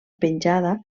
penjada